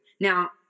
Now